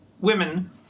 women